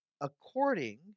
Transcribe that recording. according